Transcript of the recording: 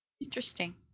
interesting